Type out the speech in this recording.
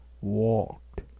walked